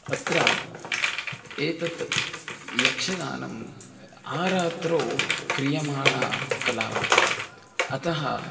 अत्र एतत् यक्षगानम् अ आरात्रौ क्रियमाणा कला वर्तते अतः